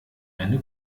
eine